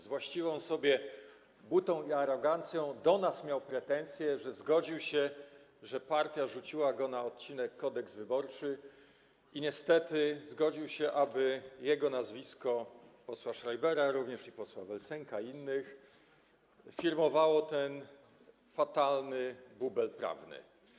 Z właściwą sobie butą i arogancją to do nas miał pretensje, że zgodził się, że partia rzuciła go na odcinek Kodeks wyborczy, i niestety zgodził się, aby jego nazwisko, również posła Schreibera, posła vel Sęka i innych, firmowało ten fatalny bubel prawny.